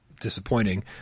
disappointing